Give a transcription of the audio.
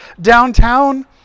downtown